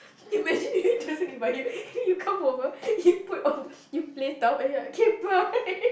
imagine he doesn't invite you and then you come over and you put on you plate up and you're like okay bye